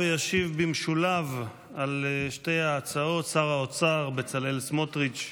וישיב במשולב על שתי ההצעות שר האוצר בצלאל סמוטריץ'.